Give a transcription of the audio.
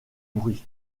bruit